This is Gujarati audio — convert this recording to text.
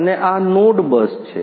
અને આ નોડ બસ છે